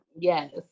Yes